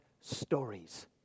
stories